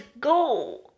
go